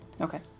Okay